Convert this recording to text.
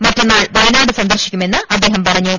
മറ്റന്നാൾ വയനാട് സന്ദർശിക്കുമെന്ന് അദ്ദേഹം പറഞ്ഞു